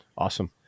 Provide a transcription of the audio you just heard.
Awesome